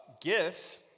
gifts